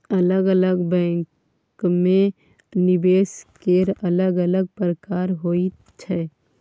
अलग अलग बैंकमे निवेश केर अलग अलग प्रकार होइत छै